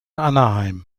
anaheim